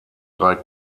drei